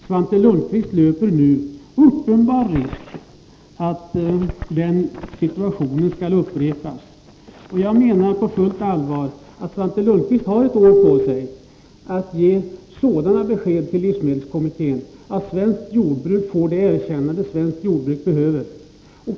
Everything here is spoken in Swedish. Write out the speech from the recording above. Svante Lundkvist löper nu uppenbar risk att den situationen upprepas. Jag menar på fullt allvar att Svante Lundkvist har ett år på sig att ge sådana besked till livsmedelskommittén att svenskt jordbruk får det erkännande det behöver.